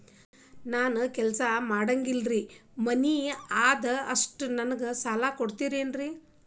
ನಾನು ಏನು ಕೆಲಸ ಮಾಡಂಗಿಲ್ರಿ ಮನಿ ಅದ ಅಷ್ಟ ನನಗೆ ಸಾಲ ಕೊಡ್ತಿರೇನ್ರಿ?